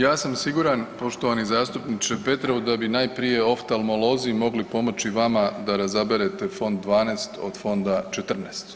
Ja sam siguran poštovani zastupniče Petrov, da bi najprije oftalmolozi mogli pomoći vama da razaberete font 12 od fonta 14.